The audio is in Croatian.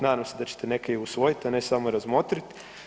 Nadam se da ćete neke i usvojiti, a ne samo razmotrit.